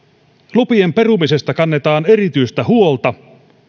lupien perumisesta kannetaan erityistä huolta